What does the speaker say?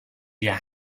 your